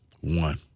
One